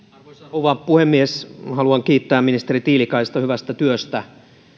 rouva puhemies haluan kiittää ministeri tiilikaista hyvästä työstä